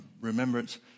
remembrance